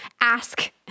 ask